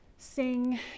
sing